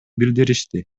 билдиришти